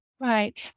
Right